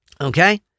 Okay